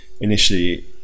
initially